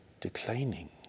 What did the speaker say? declining